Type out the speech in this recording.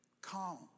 calm